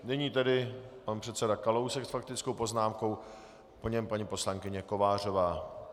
Nyní tedy pan předseda Kalousek s faktickou poznámkou, po něm paní poslankyně Kovářová.